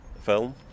film